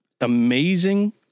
amazing